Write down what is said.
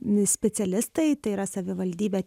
nes specialistai tai yra savivaldybė